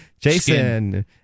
Jason